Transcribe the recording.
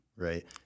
right